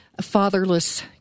fatherless